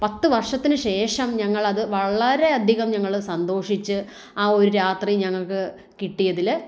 പത്തു വർഷത്തിനുശേഷം ഞങ്ങളത് വളരെ അധികം ഞങ്ങൾ സന്തോഷിച്ച് ആ ഒരു രാത്രി ഞങ്ങൾക്ക് കിട്ടിയതിൽ